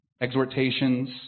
exhortations